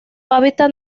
hábitat